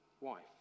wife